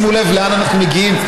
שימו לב לאן אנחנו מגיעים.